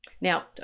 Now